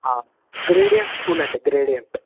gradient school అండి gradient